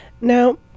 Now